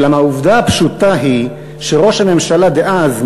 אולם העובדה הפשוטה היא שראש הממשלה דאז,